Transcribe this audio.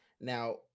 now